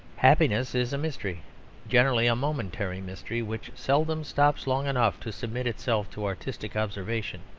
happiness is a mystery generally a momentary mystery which seldom stops long enough to submit itself to artistic observation,